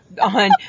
on